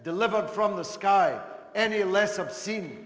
delivered from the sky any less obscene